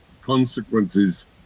consequences